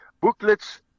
booklets